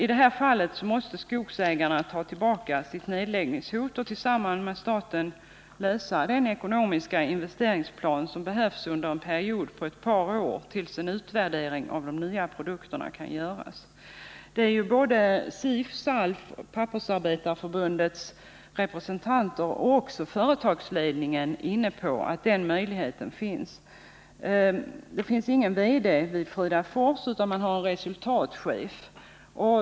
I det här fallet måste Skogsägarna ta tillbaka sitt nedläggningshot och tillsammans med staten lösa den ekonomiska investeringsplan som behövs under en period på ett par år, tills en utvärdering av de nya produkterna kan göras. Såväl SIF, SALF och Pappersarbetareförbundets representanter som företagsledningen är inne på att den möjligheten skall finnas. Det finns ingen VD vid Fridafors, utan man har en resultatchef.